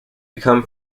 become